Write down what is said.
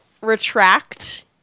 retract